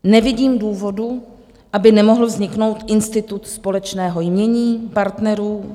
Nevidím důvodu, aby nemohl vzniknout institut společného jmění partnerů.